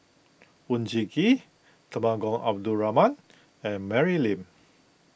Oon Jin Gee Temenggong Abdul Rahman and Mary Lim